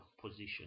position